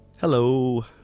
Hello